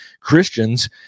Christians